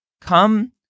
Come